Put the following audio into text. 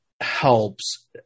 helps